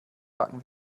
backen